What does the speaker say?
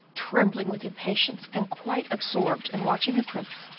trembling with impatience, and quite absorbed in watching the prince,